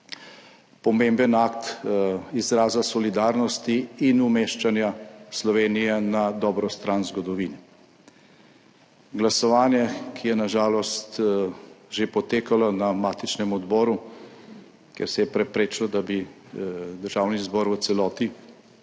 pomemben akt izraza solidarnosti in umeščanja Slovenije na dobro stran zgodovine. Glasovanje, ki je na žalost že potekalo na matičnem odboru, kjer se je preprečilo, da bi Državni zbor v celoti